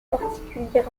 particulièrement